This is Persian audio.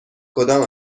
کدام